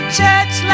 church